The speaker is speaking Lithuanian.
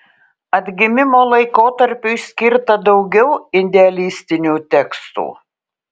atgimimo laikotarpiui skirta daugiau idealistinių tekstų